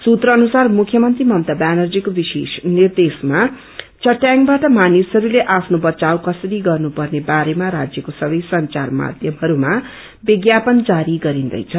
सूत्र अनुसार मुख्यमन्त्री ममता ब्यानर्जीको विशेष निर्देशमा चटयाङबाट मानिसहस्ले आफ्नो बचाउ गसरी गर्नु पर्ने बारेमा राज्यको सवै संचार माध्यमहस्लमा विज्ञापन जारी गरिन्दैछ